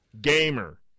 Gamer